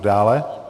Dále.